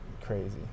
Crazy